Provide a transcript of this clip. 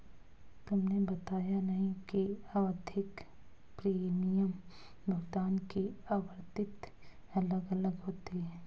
तुमने बताया नहीं कि आवधिक प्रीमियम भुगतान की आवृत्ति अलग अलग होती है